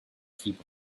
heap